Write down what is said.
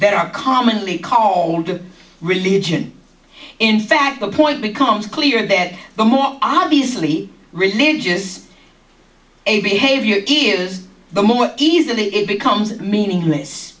that are commonly called to religion in fact the point becomes clear that the more obviously religious a behavior here is the more easily it becomes meaningless